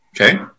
okay